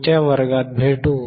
पुढच्या वर्गात भेटू